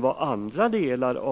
Vad gäller